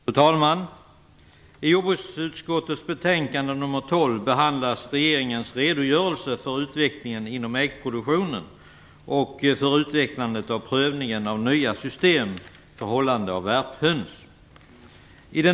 Fru talman! I jordbruksutskottets betänkande nr 12 behandlas regeringens redogörelse för utvecklingen inom äggproduktionen och för utvecklandet och provningen av nya system för hållande av värphöns.